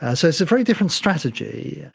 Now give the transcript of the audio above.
ah so it's a very different strategy,